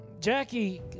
jackie